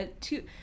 two